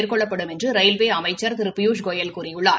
மேற்கொள்ளப்படும் என்று ரயில்வே அமைச்சர் திரு பியூஷ் கோயல் கூறியுள்ளார்